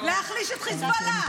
להחליש את חיזבאללה,